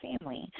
family